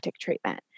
treatment